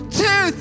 two